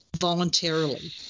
voluntarily